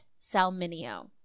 Salminio